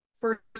first